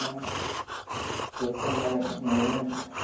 రష్గా ఉన్నాదండి నిజమేనండి